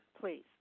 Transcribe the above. please